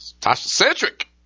Tasha-centric